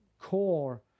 core